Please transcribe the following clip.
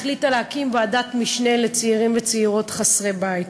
החליטה להקים ועדת משנה לצעירים וצעירות חסרי בית